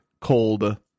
cold